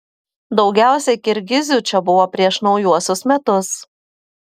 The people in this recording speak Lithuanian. daugiausiai kirgizių čia buvo prieš naujuosius metus